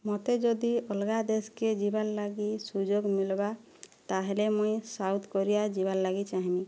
ମୋତେ ଯଦି ଅଲଗା ଦେଶ୍କେ ଯିବାର୍ ଲାଗି ସୁଯୋଗ ମିଲ୍ବା ତାହେଲେ ମୁଇଁ ସାଉଥ୍ କୋରିଆ ଯିବାର୍ ଲାଗି ଚାହିଁମି